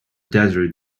desert